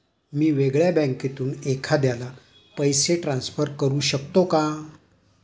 मी वेगळ्या बँकेतून एखाद्याला पैसे ट्रान्सफर करू शकतो का?